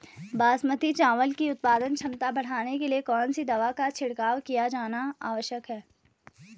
बासमती चावल की उत्पादन क्षमता बढ़ाने के लिए कौन सी दवा का छिड़काव किया जाना आवश्यक है?